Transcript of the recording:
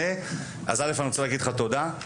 אני רוצה אבל להתייחס לנתונים